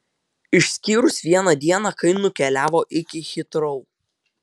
išskyrus vieną dieną kai nukeliavo iki hitrou